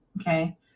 Okay